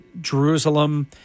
Jerusalem